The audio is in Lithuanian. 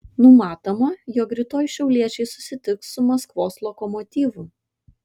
numatoma jog rytoj šiauliečiai susitiks su maskvos lokomotyvu